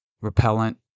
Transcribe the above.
repellent